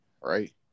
right